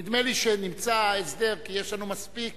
נדמה לי שנמצא הסדר, כי יש לנו מספיק